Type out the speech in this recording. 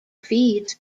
feeds